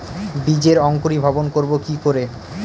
বীজের অঙ্কুরিভবন করব কি করে?